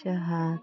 जोंहा